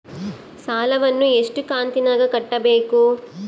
ಸಾಲವನ್ನ ಎಷ್ಟು ಕಂತಿನಾಗ ಕಟ್ಟಬೇಕು?